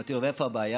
אמרתי לו: ואיפה הבעיה?